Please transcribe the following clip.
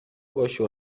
باشه